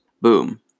Boom